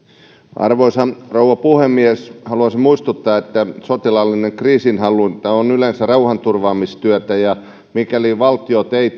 arvoisa rouva puhemies haluaisin muistuttaa että sotilaallinen kriisinhallinta on yleensä rauhanturvaamistyötä ja mikäli valtiot eivät